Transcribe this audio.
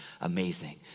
amazing